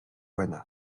байна